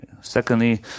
Secondly